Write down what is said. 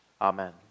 Amen